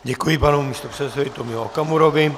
Děkuji panu místopředsedovi Tomiu Okamurovi.